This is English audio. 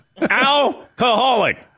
alcoholic